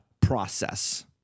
process